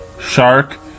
shark